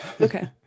Okay